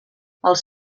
els